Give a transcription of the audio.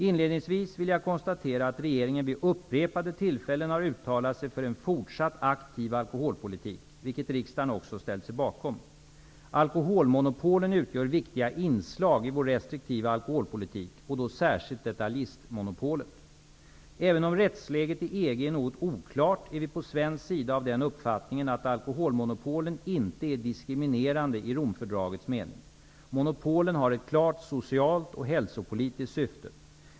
Inledningsvis vill jag konstatera att regeringen vid upprepade tillfällen har uttalat sig för en fortsatt aktiv alkoholpolitik, vilket riksdagen också ställt sig bakom. Alkoholmonopolen utgör viktiga inslag i vår restriktiva alkoholpolitik, och då särskilt detaljistmonopolet. Även om rättsläget i EG är något oklart är vi på svensk sida av den uppfattningen att alkoholmonopolen inte är diskriminerande i Romfördragets mening. Monopolen har ett klart socialt och hälsopolitiskt syfte.